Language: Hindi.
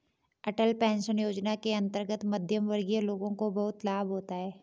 अटल पेंशन योजना के अंतर्गत मध्यमवर्गीय लोगों को बहुत लाभ होता है